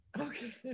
okay